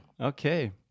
Okay